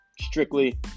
Strictly